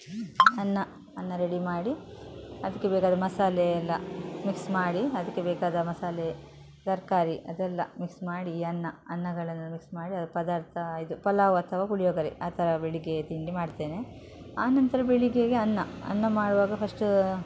ಅನ್ನ ಅನ್ನ ರೆಡಿ ಮಾಡಿ ಅದಕ್ಕೆ ಬೇಕಾದ ಮಸಾಲೆ ಎಲ್ಲ ಮಿಕ್ಸ್ ಮಾಡಿ ಅದಕ್ಕೆ ಬೇಕಾದ ಮಸಾಲೆ ತರಕಾರಿ ಅದೆಲ್ಲ ಮಿಕ್ಸ್ ಮಾಡಿ ಅನ್ನ ಅನ್ನಗಳನ್ನು ಮಿಕ್ಸ್ ಮಾಡಿ ಪದಾರ್ಥ ಇದು ಪಲಾವ್ ಅಥವಾ ಪುಳಿಯೋಗರೆ ಆ ಥರ ಬೆಳಗ್ಗೆ ತಿಂಡಿ ಮಾಡ್ತೇನೆ ಆನಂತರ ಬೆಳಗ್ಗೆಗೆ ಅನ್ನ ಅನ್ನ ಮಾಡುವಾಗ ಫಶ್ಟ